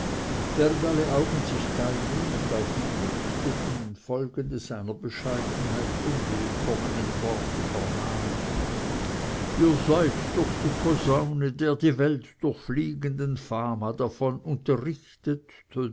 während alle augen sich teilnehmend auf ihn richteten folgende seiner bescheidenheit unwillkommenen worte vernahm ihr seid durch die posaune der die welt durchfliegenden fama davon unterrichtet